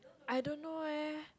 I don't know leh